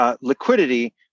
liquidity